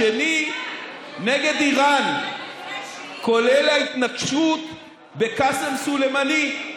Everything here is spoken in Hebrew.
נגד איראן, כולל ההתנקשות בקאסם סולימאני.